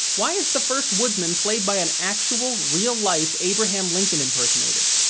why is the first woodsman played by an actual, real life abraham lincoln impersonator?